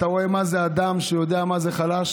אתה רואה מה זה אדם שיודע מה זה חלש?